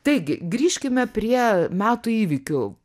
taigi grįžkime prie metų įvykių